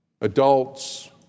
Adults